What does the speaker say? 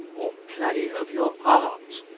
or play, of your art,